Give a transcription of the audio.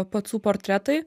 pacų portretai